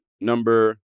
number